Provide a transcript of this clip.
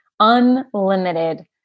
Unlimited